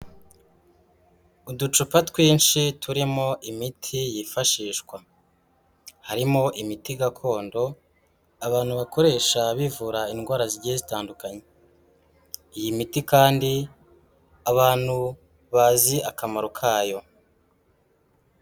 Uducupa twinshi turimo imiti yifashishwa, harimo imiti gakondo abantu bakoresha bivura indwara zigiye zitandukanye, iyi miti kandi abantu bazi akamaro kayo.